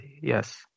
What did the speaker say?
yes